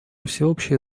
всеобщее